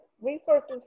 resources